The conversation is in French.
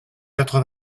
quatre